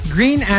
Green